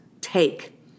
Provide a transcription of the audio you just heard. take